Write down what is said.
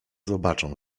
zobaczą